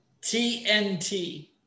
TNT